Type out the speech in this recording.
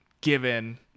given